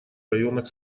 районах